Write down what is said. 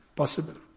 possible